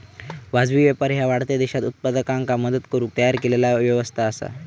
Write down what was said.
वाजवी व्यापार ह्या वाढत्या देशांत उत्पादकांका मदत करुक तयार केलेला व्यवस्था असा